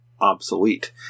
obsolete